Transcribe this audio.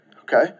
okay